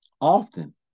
often